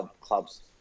clubs